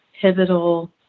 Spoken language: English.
pivotal